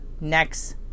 next